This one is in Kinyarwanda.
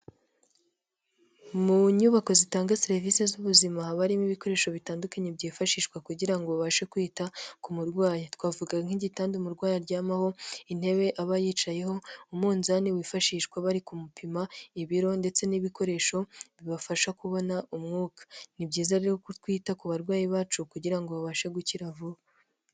Mu nyubako zitanga serivisi z'ubuzima haba harimo ibikoresho bitandukanye byifashishwa kugira ngo babashe kwita ku murwayi. Twavuga nk'igitanda umurwayi aryamaho, intebe aba yicayeho, umunzani wifashishwa barikumupima ibiro, ndetse n'ibikoresho bifasha kubona umwuka. Ni byiza rero ko twita ku barwayi bacu kugira ngo babashe gukira vuba.